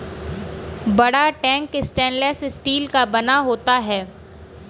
बड़ा tank stainless steel का बना होता है